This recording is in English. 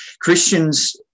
Christians